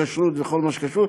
בכשרות וכל מה שקשור,